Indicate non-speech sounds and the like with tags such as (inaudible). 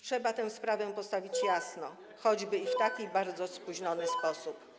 Trzeba tę sprawę postawić (noise) jasno, choćby w taki, bardzo spóźniony sposób.